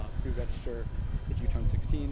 ah preregister if you turn sixteen